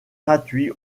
gratuits